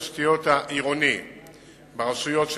1. במסגרת תקציב התשתיות העירוני ברשויות של